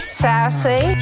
sassy